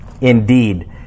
indeed